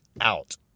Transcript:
out